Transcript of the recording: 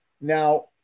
Now